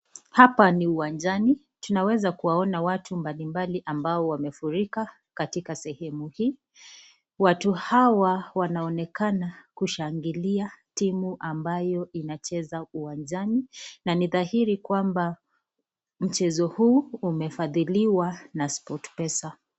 Hapa ni uwanjani, tunaeza kuwaona watu mbalimbali ambao wamefurika katika sehemu hii. Watu hawa wanaonekana kushangilia timu ambayo inacheza uwanjani na ni dhahiri kwamba mchezo huu umefadhiliwa na Sportpesa.